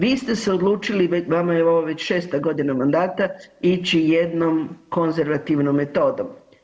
Vi ste se odlučili, vama je ovo već 6 godina mandata, ići jednom konzervativnom metodom.